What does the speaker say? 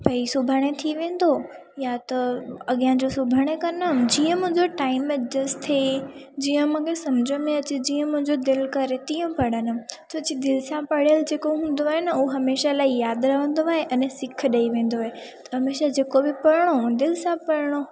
भई सुभाणे थी वेंदो या त अॻिया जो सुभाणे कंदमि जीअं मुंहिंजो टाइम एडज्स्ट थिए जीअं मूंखे सम्झ में अचे जीअं मुंहिंजो दिलि करे तीअं पढ़ंदमि छोजी दिलि सां पढ़ियलु जेको हूंदो आहे उहा हमेशह लाइ यादि रहंदो आहे अने सिखु ॾेई वेंदो आहे त हमेशह जेको बि पढ़िणो दिलि सां पढ़िणो